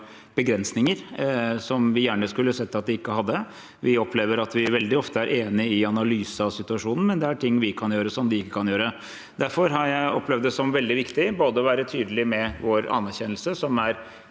begrensninger som vi gjerne skulle sett at de ikke hadde. Vi opplever at vi veldig ofte er enige om analysen av situasjonen, men det er ting vi kan gjøre som de ikke kan gjøre. Derfor har jeg opplevd det som veldig viktig å være tydelig med vår anerkjennelse, som er